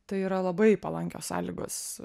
tai yra labai palankios sąlygos